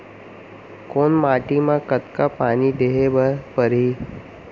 कोन माटी म कतका पानी देहे बर परहि?